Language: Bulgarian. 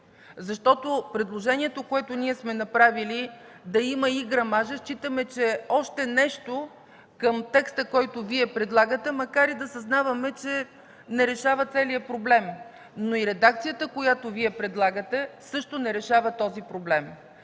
Защото предложението, което ние сме направили, да има и грамажа, считаме, че е още нещо към текста, който Вие предлагате, макар и да съзнаваме, че не решава целия проблем. Но и редакцията, която Вие предлагате, също не решава този проблем.